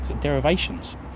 derivations